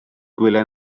gwyliau